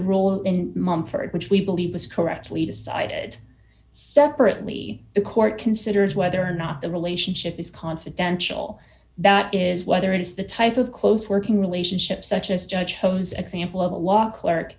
role in mumford which we believe is correctly decided separately the court considers whether or not the relationship is confidential that is whether it is the type of close working relationship such as judge shows example of a law clerk